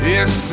Yes